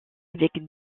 avec